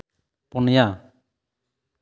ᱯᱩᱱᱤᱭᱟ